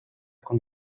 con